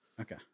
Okay